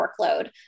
workload